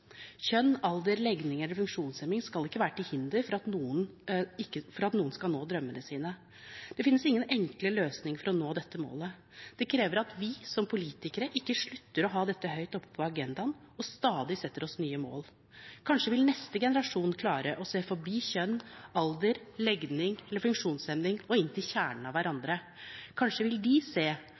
Kjønn, alder, legning eller funksjonshemning skal ikke være til hinder for at noen skal nå drømmene sine. Det finnes ingen enkle løsninger for å nå dette målet. Det krever at vi som politikere ikke slutter å ha dette høyt oppe på agendaen, og at vi stadig setter oss nye mål. Kanskje vil neste generasjon klare å se forbi kjønn, alder, legning eller funksjonshemning og inn til kjernen av hverandre. Kanskje vil de se